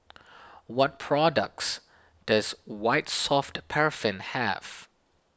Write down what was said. what products does White Soft Paraffin have